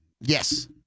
Yes